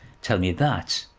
tell me that.